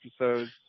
episodes